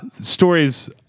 stories